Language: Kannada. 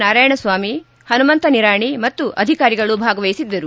ನಾರಾಯಣಸ್ವಾಮಿ ಪನುಮಂತ ನಿರಾಣಿ ಮತ್ತು ಅಧಿಕಾರಿಗಳು ಭಾಗವಹಿಸಿದ್ದರು